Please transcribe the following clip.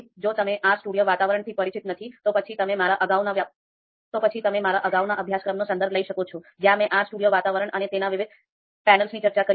જો તમે R Studio વાતાવરણથી પરિચિત નથી તો પછી તમે મારા અગાઉના અભ્યાસક્રમનો સંદર્ભ લઈ શકો છો જ્યાં મેં R Studio વાતાવરણ અને તેના વિવિધ પેનલ્સની ચર્ચા કરી છે